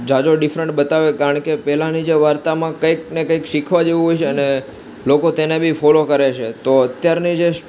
ઝાઝો different બતાવે કારણ કે પહેલાંની જે વાર્તામાં કંઇક ને કંઈક શીખવા જેવું હોય છે અને લોકો તેને બી ફોલો કરે છે તો અત્યારની જે